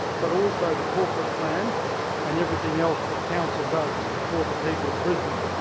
but also the corporate plan and everything else that council does to support the people of brisbane.